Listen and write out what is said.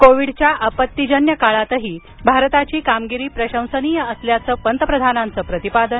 कोविडच्या आपत्तीजन्य काळातही भारताची कामगिरी प्रशंसनीय असल्याचं पंतप्रधानांचं प्रतिपादन